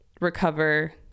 recover